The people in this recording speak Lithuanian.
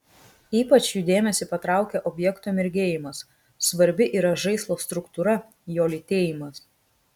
ypač jų dėmesį patraukia objekto mirgėjimas svarbi yra žaislo struktūra jo lytėjimas